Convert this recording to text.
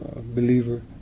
believer